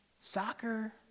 soccer